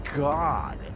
god